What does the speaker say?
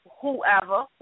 whoever